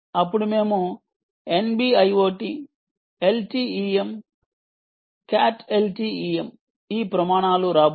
అప్పుడు మేము nB IoT LTEM cat LTEM ఈ ప్రమాణాలు రాబోతున్నాయి